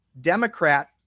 Democrat